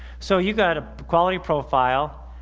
so you've got a quality profile